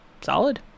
solid